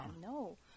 no